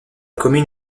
commune